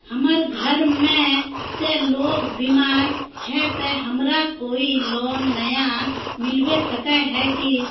हमर घर में ते लोग बीमार है ते हमरा कोई लोन नय मिलबे सके है की?